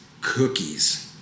cookies